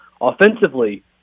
offensively